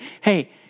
Hey